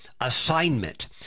assignment